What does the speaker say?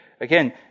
again